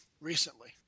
recently